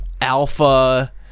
alpha